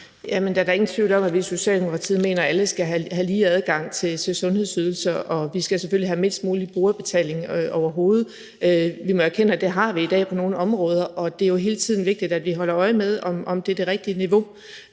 Jamen der er da ingen tvivl om, at vi i Socialdemokratiet mener, at alle skal have lige adgang til sundhedsydelser, og at vi selvfølgelig skal have mindst mulig brugerbetaling. Vi må jo erkende, at det har vi i dag på nogle områder, og det er vigtigt, at vi hele tiden holder øje med, om det er det rigtige niveau.